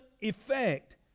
effect